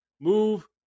move